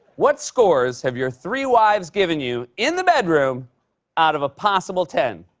what scores have your three wives given you in the bedroom out of a possible ten?